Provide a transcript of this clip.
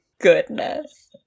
goodness